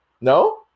no